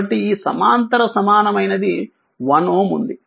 కాబట్టి ఈ సమాంతర సమానమైనది 1 Ω ఉంది